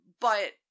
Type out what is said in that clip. But-